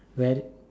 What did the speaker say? wear